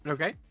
Okay